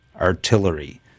artillery